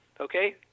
okay